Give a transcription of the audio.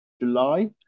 July